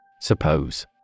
Suppose